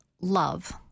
love